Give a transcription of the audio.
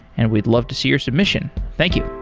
and we'd love to see your submission. thank you.